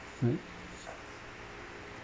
right